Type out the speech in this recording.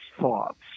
thoughts